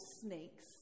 snakes